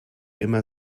immer